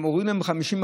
זה מוריד להם ב-50%.